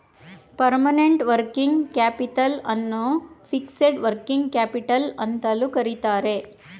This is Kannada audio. ಪರ್ಮನೆಂಟ್ ವರ್ಕಿಂಗ್ ಕ್ಯಾಪಿತಲ್ ಅನ್ನು ಫಿಕ್ಸೆಡ್ ವರ್ಕಿಂಗ್ ಕ್ಯಾಪಿಟಲ್ ಅಂತಲೂ ಕರಿತರೆ